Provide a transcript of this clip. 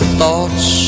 thoughts